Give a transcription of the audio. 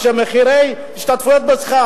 כשמחירי ההשתתפות בשכר,